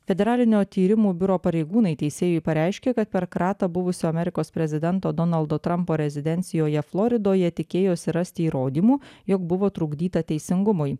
federalinio tyrimų biuro pareigūnai teisėjui pareiškė kad per kratą buvusio amerikos prezidento donaldo trampo rezidencijoje floridoje tikėjosi rasti įrodymų jog buvo trukdyta teisingumui